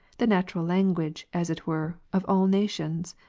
the natural language, as it were, of all nations,